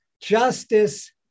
justice